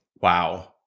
Wow